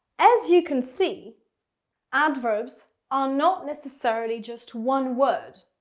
as you can see adverbs are not necessarily just one word.